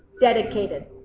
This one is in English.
dedicated